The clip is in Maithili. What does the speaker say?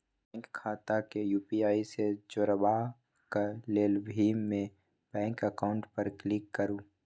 बैंक खाता केँ यु.पी.आइ सँ जोरबाक लेल भीम मे बैंक अकाउंट पर क्लिक करु